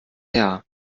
her